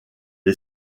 est